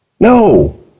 No